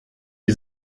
die